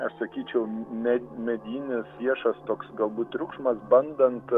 aš sakyčiau me medinis viešas toks galbūt triukšmas bandant